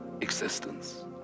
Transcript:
existence